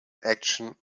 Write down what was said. action